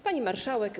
Pani Marszałek!